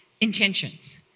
intentions